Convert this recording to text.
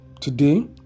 today